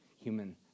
human